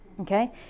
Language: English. okay